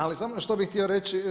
Ali samo što bih htio reći.